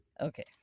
Okay